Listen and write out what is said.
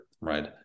right